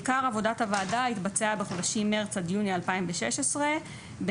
עיקר עבודת הוועדה התבצע בחודשים מרץ עד יוני 2016 באמצעות